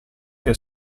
che